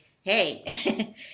hey